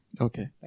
Okay